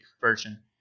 version